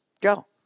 Go